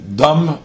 dumb